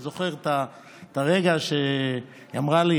אני זוכר את הרגע שהיא אמרה לי,